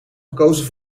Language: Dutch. gekozen